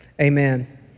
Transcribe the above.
amen